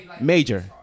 major